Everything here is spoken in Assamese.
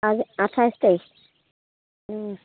আজি আঠাইছ তাৰিখ